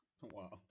Wow